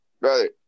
Brother